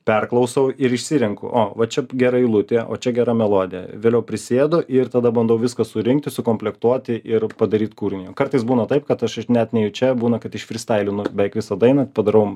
perklausau ir išsirenku o va čia gera eilutė o čia gera melodija vėliau prisėdu ir tada bandau viską surinkti sukomplektuoti ir padaryt kūrinį kartais būna taip kad aš net nejučia būna kad aš išfrystailinu beveik visą dainą padarau